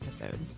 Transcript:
episode